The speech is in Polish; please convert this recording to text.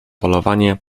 polowanie